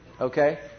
Okay